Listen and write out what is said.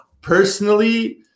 personally